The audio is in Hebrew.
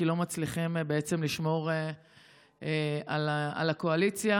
כי לא מצליחים בעצם לשמור על הקואליציה,